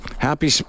Happy